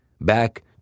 back